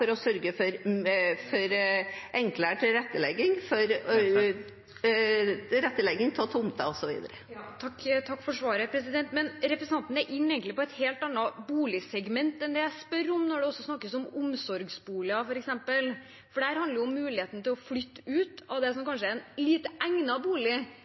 å sørge for enklere tilrettelegging av tomter osv. Takk for svaret. Representanten er egentlig inne på et helt annet boligsegment enn det jeg spør om, når det snakkes om omsorgsboliger, for det handler om muligheten til å flytte ut av det som kanskje er en lite egnet bolig